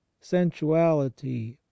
sensuality